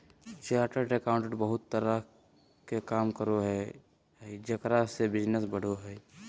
chartered accountant बहुत तरह के काम करो हइ जेकरा से बिजनस बढ़ो हइ